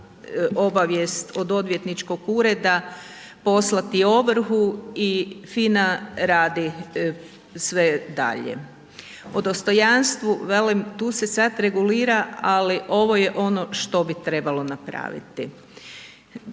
obavijest od odvjetničkog ureda poslati ovrhu i FINA radi sve dalje. O dostojanstvu tu se sada regulira, ali ovo je ono što bi trebalo napraviti.